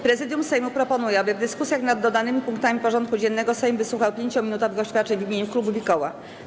Prezydium Sejmu proponuje, aby w dyskusjach nad dodanymi punktami porządku dziennego Sejm wysłuchał 5-minutowych oświadczeń w imieniu klubów i koła.